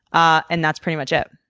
ah and that's pretty much it.